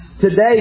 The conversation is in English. today